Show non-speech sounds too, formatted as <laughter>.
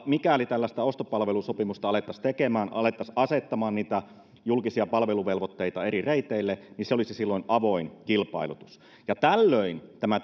mikäli tällaista ostopalvelusopimusta alettaisiin tekemään alettaisiin asettamaan niitä julkisia palveluvelvoitteita eri reiteille niin se olisi silloin avoin kilpailutus tällöin tämä <unintelligible>